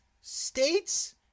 states